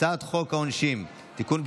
הצעת חוק העונשין (תיקון,